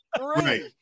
Right